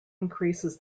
increases